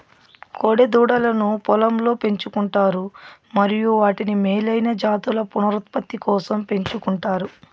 కోడె దూడలను పొలంలో పెంచు కుంటారు మరియు వాటిని మేలైన జాతుల పునరుత్పత్తి కోసం పెంచుకుంటారు